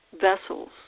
Vessels